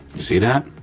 see that?